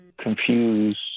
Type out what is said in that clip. confused